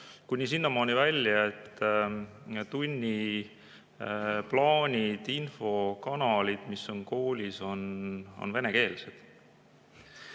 kuni sinnamaani välja, et tunniplaanid, infokanalid, mis on koolis, on venekeelsed.